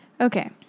Okay